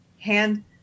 hand